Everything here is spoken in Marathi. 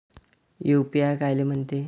यू.पी.आय कायले म्हनते?